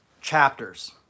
chapters